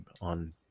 on